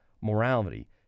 morality